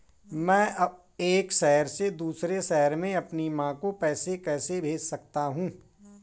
मैं एक शहर से दूसरे शहर में अपनी माँ को पैसे कैसे भेज सकता हूँ?